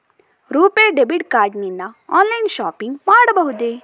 RuPay debit card ನಿಂದ online shopping ಮಾಡಬಹುದೇ?